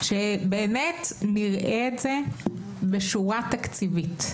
זה שבאמת נראה את זה בשורה תקציבית.